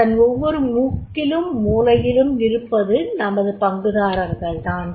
அதன் ஒவ்வொரு முக்கிலும் மூலையிலும் இருப்பது நமது பங்குதாரர்கள் தான்